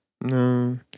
No